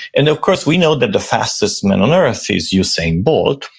and of course, we know that the fastest man on earth is usain bolt.